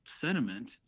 sentiment